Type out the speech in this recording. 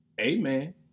Amen